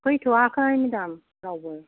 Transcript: फैथ'वाखै madam रावबो